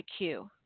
IQ